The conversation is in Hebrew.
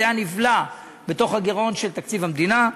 זה היה נבלע בתוך הגירעון של תקציב המדינה.